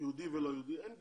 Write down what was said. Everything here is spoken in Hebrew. יהודי ולא יהודי, אין גיור.